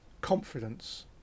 Confidence